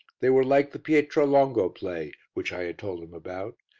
they were like the pietro longo play, which i had told him about,